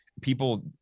people